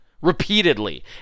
Repeatedly